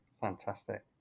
Fantastic